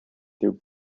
through